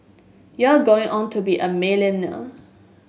you're going on to be a